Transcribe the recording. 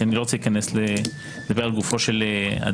אני לא רוצה להיכנס לדבר על גופו של אדם,